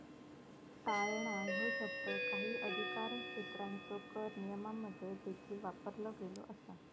टाळणा ह्यो शब्द काही अधिकारक्षेत्रांच्यो कर नियमांमध्ये देखील वापरलो गेलो असा